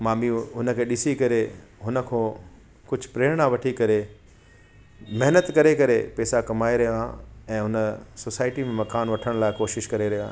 मां बि हुन खे ॾिसी करे हुन खो कुझु प्रेरणा वठी करे महिनत करे करे पेसा कमाए रहियो आहियां ऐं उन सोसाइटी में मकानु वठणु लाइ कोशिशि करे रहियो आहियां